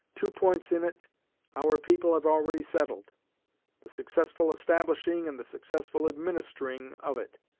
two points in it our people have already settled the successful establishing and the successful administering of it.